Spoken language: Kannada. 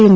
ಎಂ